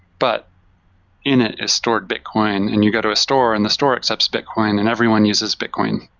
but in it, is stored bitcoin, and you go to store, and the store accepts bitcoin, and everyone uses bitcoin.